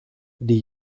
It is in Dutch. die